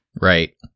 Right